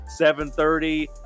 7.30